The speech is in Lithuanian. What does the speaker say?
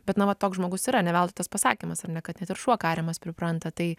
bet na va toks žmogus yra ne veltui tas pasakymas ar ne kad ne tik šuo kariamas pripranta tai